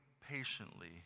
patiently